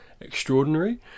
extraordinary